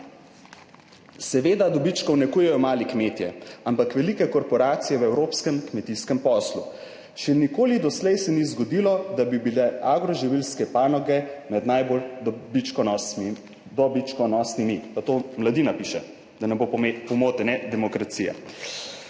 »Seveda dobičkov ne kujejo mali kmetje, ampak velike korporacije v evropskem kmetijskem poslu. Še nikoli doslej se ni zgodilo, da bi bile agroživilske panoge med najbolj dobičkonosnimi.« pa to Mladina piše, da ne bo pomote, ne Demokracija.